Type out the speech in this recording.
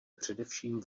především